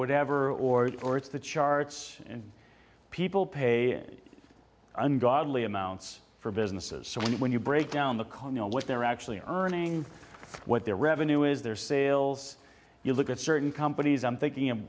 whatever or or it's the charts and people pay ungodly amounts for businesses so when you break down the column you know what they're actually earning what their revenue is their sales you look at certain companies i'm thinking of